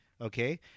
Okay